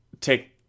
take